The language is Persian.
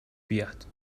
بیاد